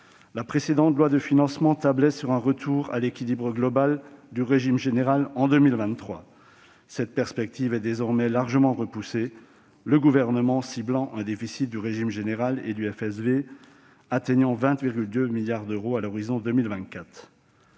la sécurité sociale tablait sur un retour à l'équilibre global du régime général en 2023. Cette perspective est désormais largement repoussée, le Gouvernement prévoyant un déficit du régime général et du FSV de 20,2 milliards d'euros à l'horizon 2024.